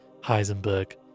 Heisenberg